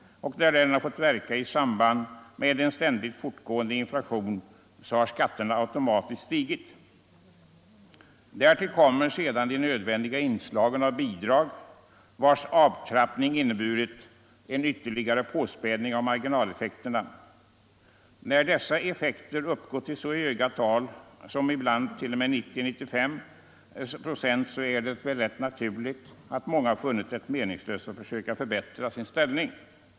När denna har fått verka i samband med en ständigt fortgående inflation har skatterna automatiskt stigit. Därtill kommer sedan de nödvändiga inslagen av bidrag, vilkas avtrappning inneburit en ytterligare påspädning av marginaleffekterna. När dessa effekter nått så högt som ibland t.o.m. 90 å 95 procent, så är det väl rätt naturligt att många funnit det meningslöst att försöka förbättra sin ställning.